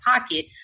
pocket